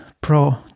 pro